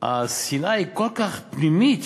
השנאה היא כל כך פנימית,